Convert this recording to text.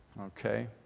okay?